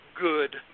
good